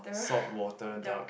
salt water duck